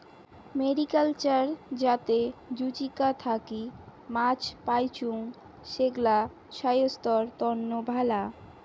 mariculture যাতে জুচিকা থাকি মাছ পাইচুঙ, সেগ্লা ছাইস্থ্যর তন্ন ভালা